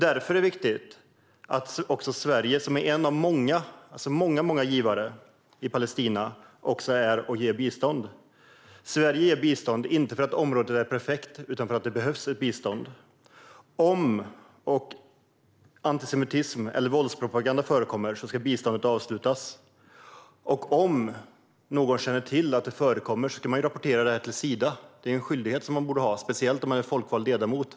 Därför är det viktigt att Sverige, som är en av många givare i Palestina, också är där och ger bistånd. Sverige ger bistånd inte för att området är perfekt utan för att biståndet behövs. Om antisemitism eller våldspropaganda förekommer ska biståndet avslutas. Och om någon känner till att sådant förekommer ska det rapporteras till Sida. Det är en skyldighet man borde ha, speciellt om man är folkvald ledamot.